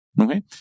okay